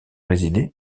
résidé